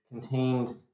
contained